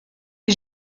est